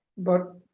but